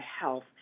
health